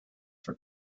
for